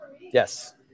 Yes